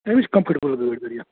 امہِ نِش کمفٕٹِبٕل گٲڑی واریاہ